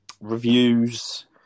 reviews